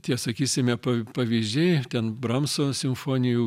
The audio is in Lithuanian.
tie sakysime pavyzdžiai ten bramso simfonijų